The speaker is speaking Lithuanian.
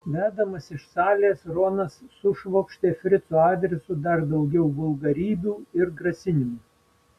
vedamas iš salės ronas sušvokštė frico adresu dar daugiau vulgarybių ir grasinimų